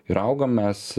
ir augam mes